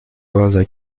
глаза